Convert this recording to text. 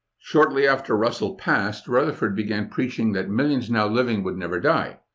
shortly after russell passed, rutherford began preaching that millions now living will never die.